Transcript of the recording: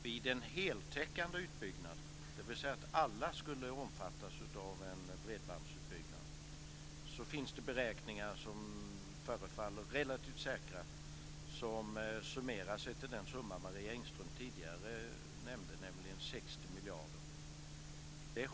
För en heltäckande utbyggnad, dvs. att alla skulle omfattas av en bredbandsutbyggnad, finns det beräkningar som förefaller relativt säkra och hamnar på den summa som Marie Engström tidigare nämnde, nämligen 60 miljarder.